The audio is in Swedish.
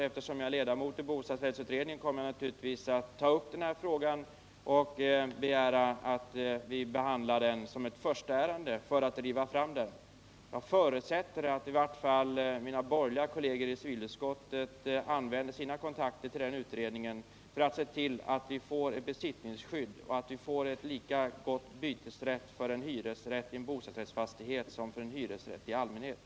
Eftersom jag är ledamot i bostadsrättsutredningen kommer jag naturligtvis att ta upp den här frågan och begära att vi behandlar den som ett förstaärende för att driva fram den. Jag förutsätter att i vart fall mina borgerliga kollegor i civilutskottet använder sina kontakter i den utredningen för att se till att vi får ett besittningsskydd och lika god bytesrätt för en hyresrätt i en bostadsrättsfastighet som för en hyresrätt i allmänhet.